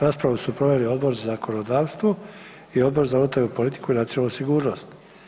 Raspravu su proveli Odbor za zakonodavstvo i Odbor za unutarnju politiku i nacionalnu sigurnost.